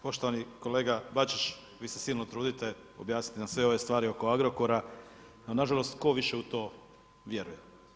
Poštovani kolega BAčić, vi ste silno trudite objasniti nam sve ove stvari oko Agrokora, no nažalost tko više u to vjeruje.